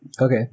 Okay